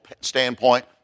standpoint